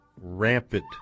rampant